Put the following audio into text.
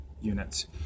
units